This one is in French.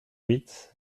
huit